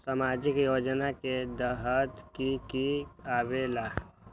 समाजिक योजना के तहद कि की आवे ला?